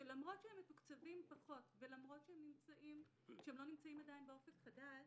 הוא שלמרות שהם מתוקצבים פחות ולמרות שהם לא נמצאים עדיין ב"אופק חדש",